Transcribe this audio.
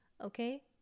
okay